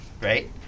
right